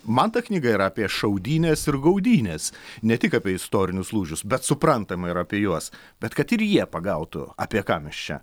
man ta knyga yra apie šaudynes ir gaudynes ne tik apie istorinius lūžius bet suprantama ir apie juos bet kad ir jie pagautų apie ką mes čia